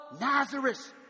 Nazareth